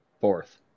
Fourth